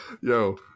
Yo